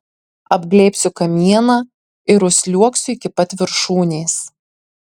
apglėbsiu kamieną ir užsliuogsiu iki pat viršūnės